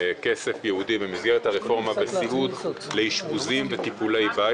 כסף ייעודי במסגרת הרפורמה בסיעוד לאשפוזים וטיפולי בית.